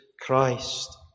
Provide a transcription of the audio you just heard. Christ